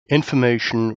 information